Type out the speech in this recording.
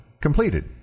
completed